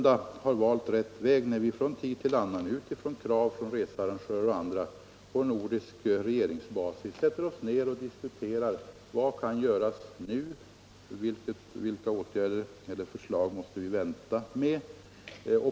Jag tror att vi valt rätt väg när vi från tid till annan på nordisk basis och med utgångspunkt i krav från researrangörer och andra diskuterar vad som kan göras nu och vilka åtgärder och förslag vi måste vänta med.